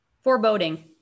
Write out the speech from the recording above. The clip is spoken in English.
Foreboding